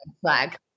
flag